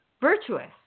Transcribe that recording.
virtuous